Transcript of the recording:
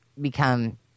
become